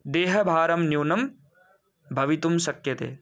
देहभारं न्यूनं भवितुं शक्यते